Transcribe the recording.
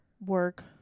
Work